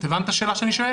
הבנת את השאלה שלי?